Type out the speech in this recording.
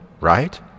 right